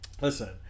listen